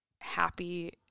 happy